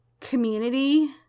community